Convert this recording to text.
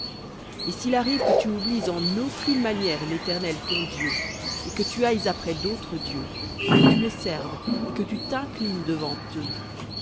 et s'il arrive que tu oublies en aucune manière l'éternel ton dieu et que tu ailles après d'autres dieux et que tu les serves et que tu t'inclines devant eux